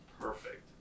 perfect